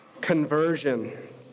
conversion